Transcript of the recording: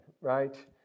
right